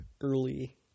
early